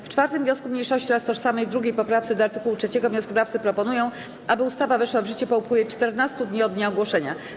W 4. wniosku mniejszości oraz tożsamej 2. poprawce do art. 3 wnioskodawcy proponują, aby ustawa weszła w życie po upływie 14 dni od dnia ogłoszenia.